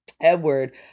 Edward